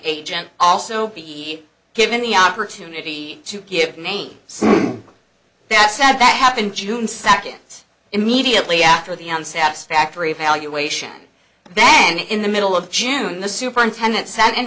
agent also be given the opportunity to give names that said that happened june sakit immediately after the on satisfactory valuation then in the middle of june the superintendent sat an